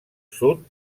sud